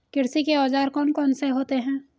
कृषि के औजार कौन कौन से होते हैं?